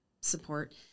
support